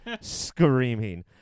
screaming